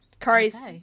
Kari's